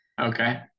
Okay